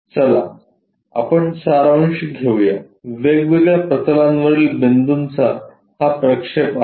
चला आपण सारांश घेऊया वेगवेगळ्या प्रतलांवरील बिंदूचा हा प्रक्षेप आहे